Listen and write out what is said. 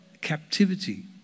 captivity